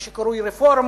מה שקרוי רפורמות,